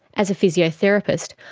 as a physiotherapist,